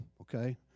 okay